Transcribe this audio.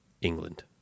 England